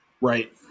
Right